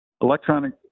electronic